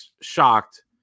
shocked